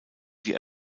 die